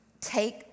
take